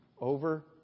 over